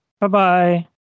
Bye-bye